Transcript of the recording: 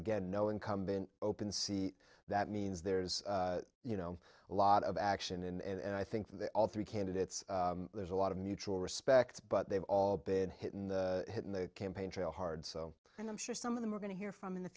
again no incumbent open sea that means there's you know a lot of action and i think that all three candidates there's a lot of mutual respect but they've all been hit and hit in the campaign trail hard so and i'm sure some of them are going to hear from in the